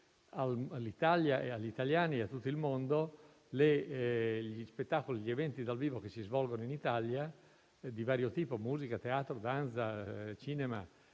all'Italia, agli italiani e a tutto il mondo gli spettacoli e gli eventi dal vivo che si svolgono in Italia di vario tipo (musica, teatro, danza e cinema),